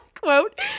quote